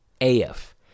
AF